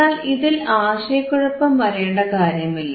എന്നാൽ ഇതിൽ ആശയക്കുഴപ്പം വരേണ്ട കാര്യമില്ല